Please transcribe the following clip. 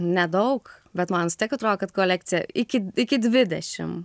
nedaug bet man vis tiek atrodo kad kolekcija iki iki dvidešim